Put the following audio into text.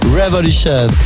revolution